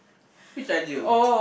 which ideal